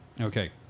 Okay